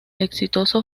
exitoso